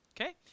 Okay